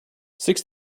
six